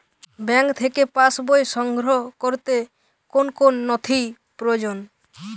Bank থেকে pass বই সংগ্রহ করতে কোন কোন নথি প্রয়োজন?